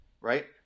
Right